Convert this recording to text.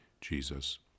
Jesus